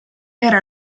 era